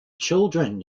children